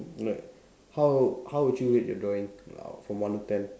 like how how would you rate your drawing out from one to ten